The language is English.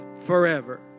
forever